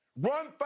run